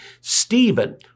Stephen